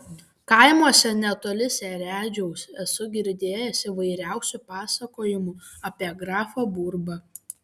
kaimuose netoli seredžiaus esu girdėjęs įvairiausių pasakojimų apie grafą burbą